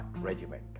regiment